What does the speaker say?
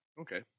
Okay